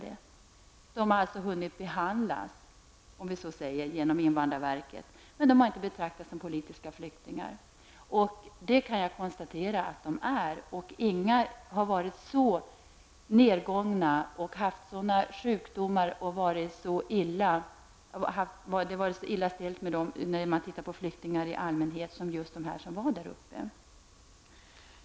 Deras fall har alltså hunnit behandlas av invandrarverket, men de har inte betraktats som politiska flyktingar. Jag kan konstatera att de är det. Bland flyktingar i allmänhet har inga varit så nedgångna och haft sådana sjukdomar som dessa Kosovoalbaner där uppe. Det var mycket illa ställt med dem.